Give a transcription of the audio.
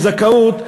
לבעלי זכאות.